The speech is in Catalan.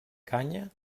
canya